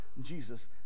jesus